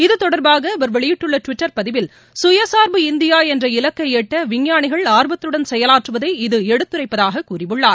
இத்தொடர்பாக அவர் வெளியிட்டுள்ள டுவிட்டர் பதிவில் சுயசார்பு இந்தியா என்ற இலக்கை எட்ட விஞ்ஞானிகள் ஆர்வத்துடன் செயலாற்றுவதை இது எடுத்துரைப்பதாக கூறியுள்ளார்